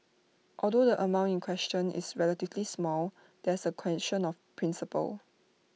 although the amount in question is relatively small there's the question of principle